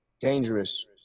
dangerous